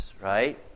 right